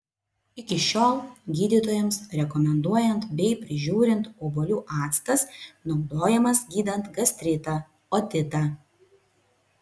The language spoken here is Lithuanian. iki šiol gydytojams rekomenduojant bei prižiūrint obuolių actas naudojamas gydant gastritą otitą